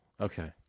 Okay